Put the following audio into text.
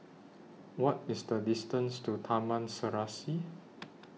What IS The distance to Taman Serasi